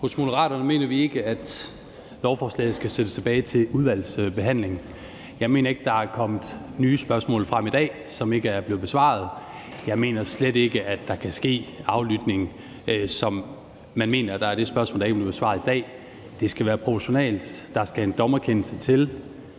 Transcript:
Hos Moderaterne mener vi ikke, at lovforslaget skal sendes tilbage til udvalgsbehandling. Jeg mener ikke, at der er kommet nye spørgsmål frem i dag, som ikke er blevet besvaret. Jeg mener slet ikke, at der kan ske aflytning, hvilket man mener er det spørgsmål, der ikke er blevet svaret på i dag. Det skal være proportionalt. Der skal en dommerkendelse til.